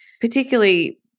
particularly